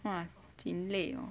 !wah! jin 累